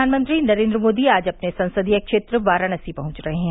प्रधानमंत्री नरेन्द्र मोदी आज अपने संसदीय क्षेत्र वाराणसी पहुंच रहे हैं